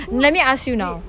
let me ask you now